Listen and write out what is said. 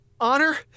honor